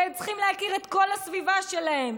והם צריכים להכיר את כל הסביבה שלהם,